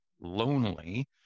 lonely